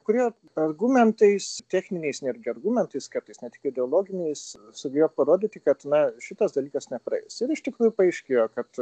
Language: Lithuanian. kurie argumentais techniniais netgi argumentais kartais net ideologiniais sugebėjo parodyti kad na šitas dalykas nepraeis ir iš tikrųjų paaiškėjo kad